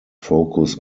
focus